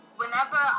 whenever